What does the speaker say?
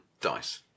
dice